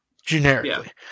generically